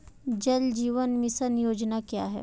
जल जीवन मिशन योजना क्या है?